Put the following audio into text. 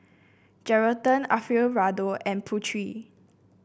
Geraldton Alfio Raldo and Pureen